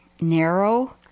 narrow